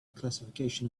classification